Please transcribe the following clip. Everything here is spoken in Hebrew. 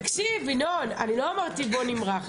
תקשיב ינון, לא אמרתי בואו נמרח.